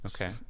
Okay